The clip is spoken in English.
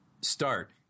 start